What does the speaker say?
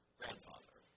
grandfather